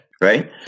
Right